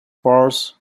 pars